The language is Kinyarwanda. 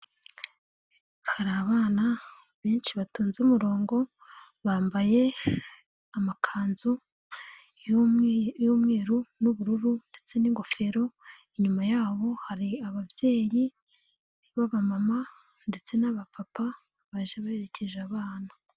Hari abana benshi batonze umurongo, bambaye amakanzu y'umweru n'ubururu ndetse n'ingofero, inyuma yabo hari ababyeyi b'abamama ndetse n'abapapa baje baherekeje abana.